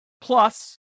Plus